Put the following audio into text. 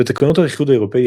ותקנות האיחוד האירופי,